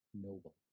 noble